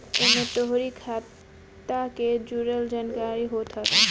एमे तोहरी खाता के जुड़ल जानकारी होत हवे